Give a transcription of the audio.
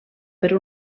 per